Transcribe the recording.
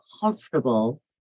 comfortable